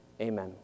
Amen